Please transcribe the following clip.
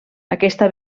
aquesta